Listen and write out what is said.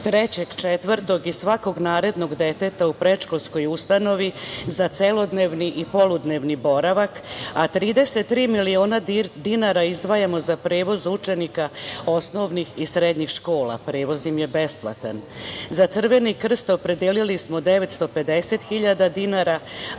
četvrtog i svakog narednog deteta u predškolskoj ustanovi za celodnevni i poludnevni boravak, a 33 miliona dinara izdvajamo za prevoz učenika osnovnih i srednjih škola. Prevoz im je besplatan. Za "Crveni krst" opredelili smo 950 hiljada dinara,